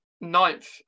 ninth